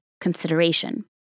consideration